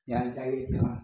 जेहन चाही ओहन